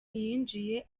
yinjiye